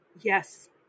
Yes